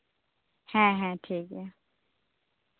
ᱦᱮᱸ ᱦᱮᱸ ᱴᱷᱤᱠ ᱜᱮᱭᱟ